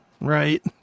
Right